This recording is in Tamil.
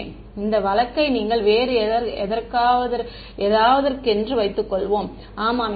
மாணவர் இந்த வழக்கை நீங்கள் வேறு ஏதாவதற்க்கென்று வைத்துக்கொள்வோம் நேரம் 1131 ஐப் பார்க்கவும்